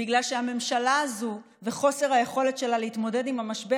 בגלל שהממשלה הזו וחוסר היכולת שלה להתמודד עם המשבר